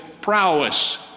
prowess